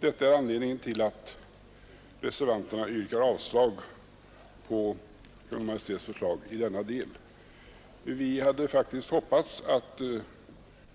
Detta är anledningen till att reservanterna yrkar avslag på Kungl. Maj:ts förslag i denna del. Vi hade faktiskt hoppats att